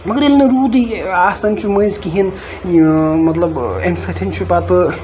مَگر ییٚلہِ نہٕ روٗدُے آسان چھُ مٔنزۍ کِہینۍ مطلب اَمہِ سۭتۍ چھُ پَتہٕ